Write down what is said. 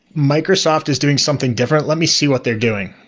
microsoft is doing something different. let me see what they're doing.